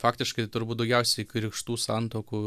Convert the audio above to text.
faktiškai turbūt daugiausiai krikštų santuokų